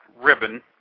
ribbon